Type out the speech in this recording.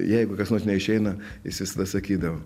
jeigu kas nors neišeina jis visada sakydavo